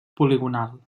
poligonal